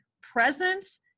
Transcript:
presence